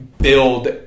build